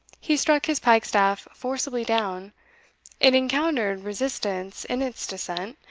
he struck his pike-staff forcibly down it encountered resistance in its descent,